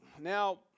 Now